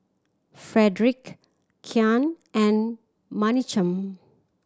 Fredric Kian and Menachem